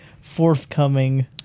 forthcoming